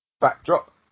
backdrop